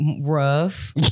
Rough